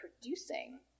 producing